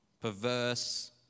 perverse